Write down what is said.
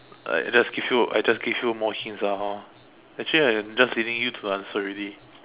I just give you I just give you more hints ah hor actually I am just leading you to the answer already